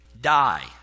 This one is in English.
die